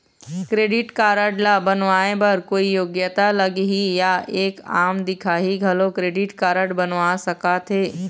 Credit card ला बनवाए बर कोई योग्यता लगही या एक आम दिखाही घलो क्रेडिट कारड बनवा सका थे?